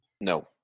No